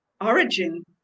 origin